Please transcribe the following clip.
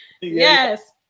Yes